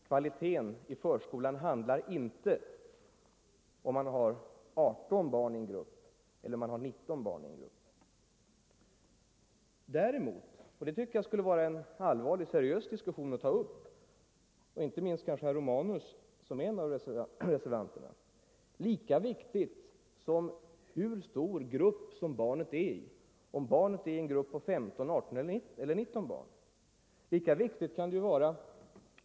Kvaliteten i förskolan handlar inte om huruvida man skall ha 18 eller 19 i en grupp. Viktigare vore det att ta upp till seriös diskussion — kanske inte minst för herr Romanus som är en av reservanterna —- om hur stor den totala förskolinstitutionen skall vara.